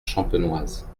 champenoise